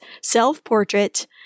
self-portrait